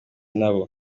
nabo